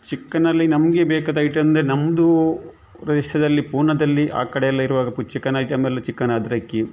ಚಿಕ್ಕನಲ್ಲಿ ನಮಗೆ ಬೇಕಾದ ಐಟಮ್ದೆ ನಮ್ದೂ ದಲ್ಲಿ ಪೂನಾದಲ್ಲಿ ಆ ಕಡೆ ಎಲ್ಲ ಇರುವಾಗ ಪು ಚಿಕನ್ ಐಟಮಲ್ಲಿ ಚಿಕನ್ ಅದ್ರಕಿ